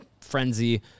frenzy